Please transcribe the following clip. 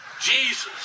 Jesus